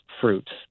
fruits